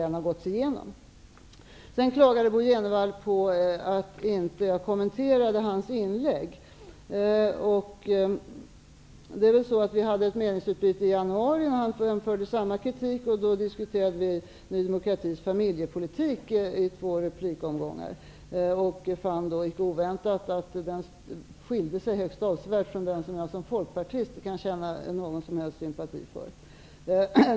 Bo G Jenevall klagade på att jag inte kommenterade hans inlägg. Vi hade ett meningsutbyte i januari då han framförde samma kritik. Då diskuterade vi Ny demokratis familjepolitik i två replikomgångar. Jag fann icke oväntat att den skilde sig högst avsevärt från den jag som folkpartist kan känna någon som helst sympati för.